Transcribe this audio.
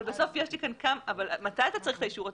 אבל מתי אתה צריך את האישור הזה?